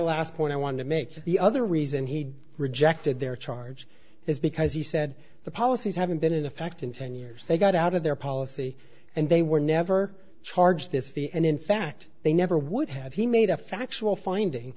last point i want to make the other reason he rejected their charge is because he said the policies haven't been in effect in ten years they got out of their policy and they were never charged this fee and in fact they never would have he made a factual finding